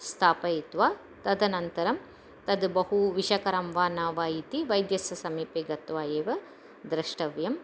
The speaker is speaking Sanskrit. स्थापयित्वा तदनन्तरं तद् बहु विषकरं वा न वा इति वैद्यस्य समीपे गत्वा एव दृष्टव्यम्